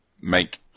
make